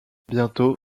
bientôt